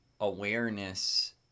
awareness